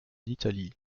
italie